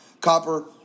Copper